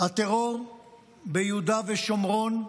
הטרור ביהודה ושומרון מתגבר,